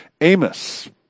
Amos